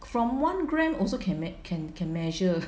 from one gram also can make can can measure